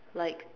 like